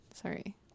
sorry